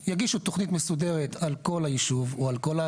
יגישו תוכנית מסודרת על כל היישוב,